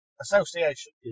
Association